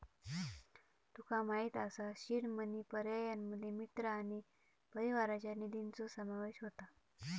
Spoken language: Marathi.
तुका माहित असा सीड मनी पर्यायांमध्ये मित्र आणि परिवाराच्या निधीचो समावेश होता